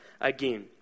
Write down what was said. again